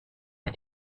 are